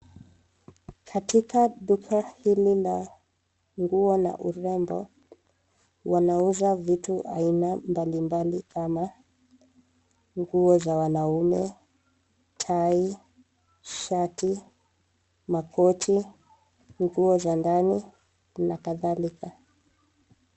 Katika duka hili la nguo na urembo wanauza vitu za aina mbalimbali kama nguo za wanaume, tai, shati , makoti, nguo za ndani na kadhalika.